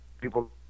people